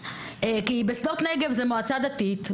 זו מועצה דתית,